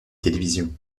télévision